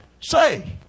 say